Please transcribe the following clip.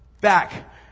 Back